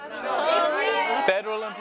Federal